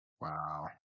wow